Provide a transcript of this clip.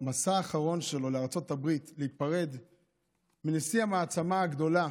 במסע האחרון שלו לארצות הברית להיפרד מנשיא המעצמה הגדולה